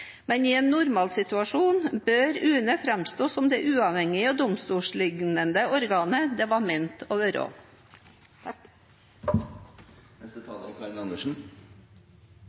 men i en normalsituasjon bør UNE framstå som det uavhengige og domstollignende organet det var ment å